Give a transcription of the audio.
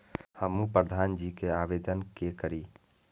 हमू प्रधान जी के आवेदन के करी?